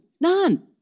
none